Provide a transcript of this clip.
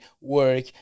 work